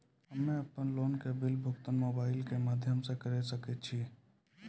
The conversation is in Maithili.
हम्मे अपन लोन के बिल भुगतान मोबाइल के माध्यम से करऽ सके छी?